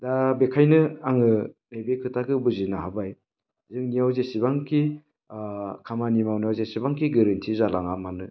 दा बेनिखायनो आङो नैबे खोथाखौ बुजिनो हाबाय जोंनियाव जेसेबांखि खामानि मावनायाव जेसेबांखि गोरोन्थि जालाङा मानो